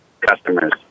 customers